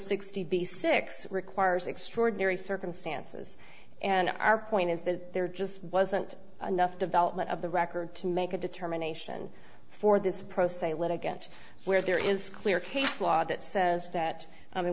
sixty six requires extraordinary circumstances and our point is that there just wasn't enough development of the record to make a determination for this process a litigant where there is clear case law that says that i mean